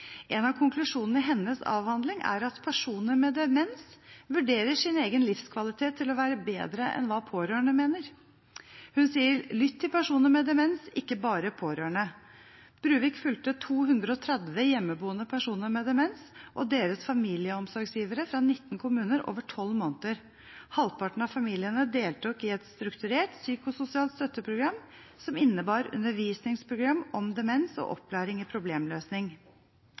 En av konklusjonene i hennes avhandling er at personer med demens vurderer sin egen livskvalitet til å være bedre enn hva pårørende mener. Hun sier: Lytt til personer med demens, ikke bare pårørende. Bruvik fulgte 230 hjemmeboende personer med demens og deres familieomsorgsgivere fra 19 kommuner over tolv måneder. Halvparten av familiene deltok i et strukturert og psykososialt støtteprogram som innebar undervisningsprogram om demens og opplæring i problemløsning.